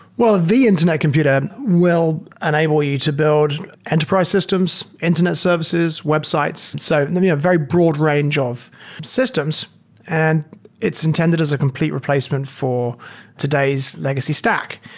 well, the internet computer will enable you to build enterprise systems, internet services, websites so and so. yeah very broad range of systems and it's intended as a complete replacement for today's legacy stack.